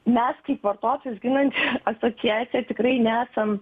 mes kaip vartotojus ginanti asociacija tikrai nesam